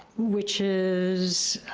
which is, ah,